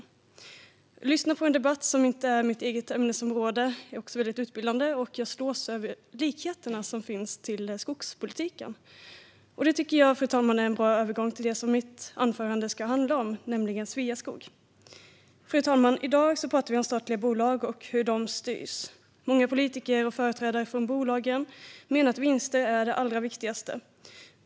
Jag lyssnar på en debatt som inte är mitt eget ämnesområde - det är utbildande - och jag slås över likheterna som finns med skogspolitiken. Det, fru talman, är en bra övergång till vad mitt anförande ska handla om, nämligen Sveaskog. Fru talman! I dag talar vi om hur statliga bolag styrs. Många politiker och företrädare från bolagen menar att vinster är det allra viktigaste.